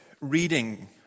reading